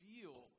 feel